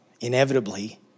inevitably